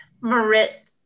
Marit